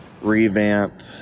revamp